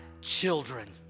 children